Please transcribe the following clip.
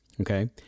okay